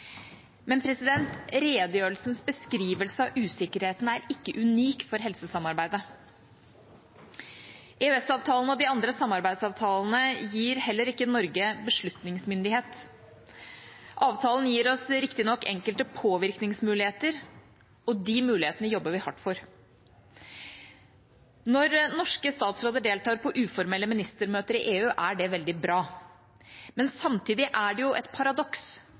Men redegjørelsens beskrivelse av usikkerheten er ikke unik for helsesamarbeidet. EØS-avtalen og de andre samarbeidsavtalene gir heller ikke Norge beslutningsmyndighet. Avtalen gir oss riktignok enkelte påvirkningsmuligheter, og de mulighetene jobber vi hardt for. Når norske statsråder deltar på uformelle ministermøter i EU, er det veldig bra, men samtidig er det et paradoks